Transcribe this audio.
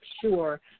sure